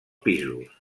pisos